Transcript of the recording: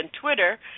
Twitter